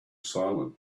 silent